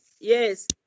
Yes